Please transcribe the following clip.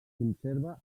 conserva